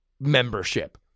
membership